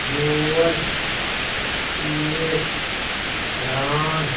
dose پیش کَران